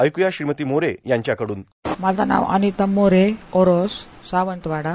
ऐकू या श्रीमती मोरे यांच्याकडून बाईट माझं नाव अनिता मोरे ओरोस सावंतवाडा